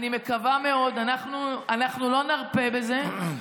אני מקווה מאוד, לא נרפה מזה.